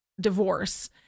divorce